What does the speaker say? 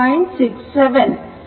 67 3